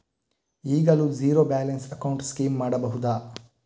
ಈಗಲೂ zero balance account scheme ಮಾಡಬಹುದಾ?